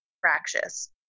fractious